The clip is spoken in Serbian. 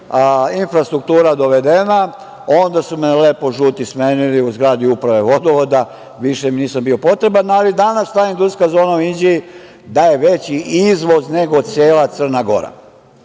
infrastruktura dovedena onda su me lepo žuti smeli u zgradi Uprave vodovoda. Više im nisam bio potreban, ali danas ta industrijska zona u Inđiji daje veći izvoz nego cela Crna